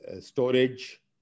storage